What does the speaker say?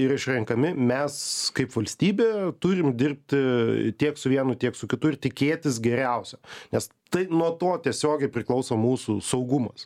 yra išrenkami mes kaip valstybė turim dirbti tiek su vienu tiek su kitu ir tikėtis geriausio nes tai nuo to tiesiogiai priklauso mūsų saugumas